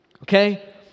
Okay